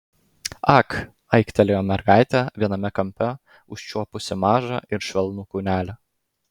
ak aiktelėjo mergaitė viename kampe užčiuopusi mažą ir švelnų kūnelį